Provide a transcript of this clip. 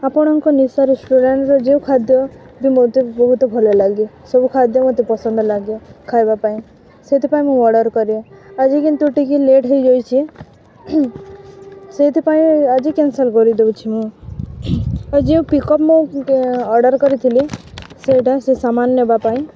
ଆପଣଙ୍କ ନିଶା ରେଷ୍ଟୁରାଣ୍ଟ୍ର ଯେଉଁ ଖାଦ୍ୟ ବି ମୋତେ ବହୁତ ଭଲ ଲାଗେ ସବୁ ଖାଦ୍ୟ ମୋତେ ପସନ୍ଦ ଲାଗେ ଖାଇବା ପାଇଁ ସେଇଥିପାଇଁ ମୁଁ ଅର୍ଡ଼ର୍ କରେ ଆଜି କିନ୍ତୁ ଟିକେ ଲେଟ୍ ହୋଇଯାଇଛି ସେଇଥିପାଇଁ ଆଜି କ୍ୟନ୍ସଲ୍ କରିଦେଉଛି ମୁଁ ଆଉ ଯେଉଁ ମୁଁ ଅର୍ଡ଼ର୍ କରିଥିଲି ସେଇଟା ସେ ସାମାନ ନେବା ପାଇଁ